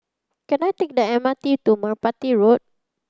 can I take the M R T to Merpati Road